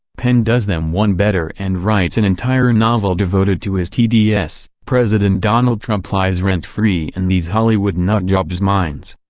penn does them one better and writes an entire novel devoted to his tds. president donald trump lives rent-free in these hollywood nutjob's minds,